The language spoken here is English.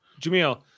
Jamil